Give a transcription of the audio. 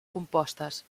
compostes